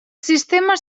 sistemes